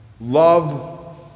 love